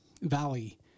Valley